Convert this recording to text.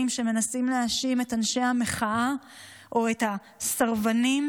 שמנסים להאשים את אנשי המחאה או את הסרבנים